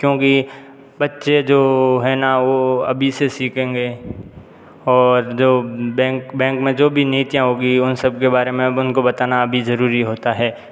क्योंकि बच्चे जो है ना वो अभी से सीखेंगे और जो बैंक बैंक में जो भी नीतियाँ होंगी उन सब के बारे में अपन को बताना अभी ज़रूरी होता है